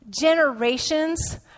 generations